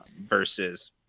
Versus